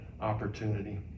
opportunity